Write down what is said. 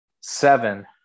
Seven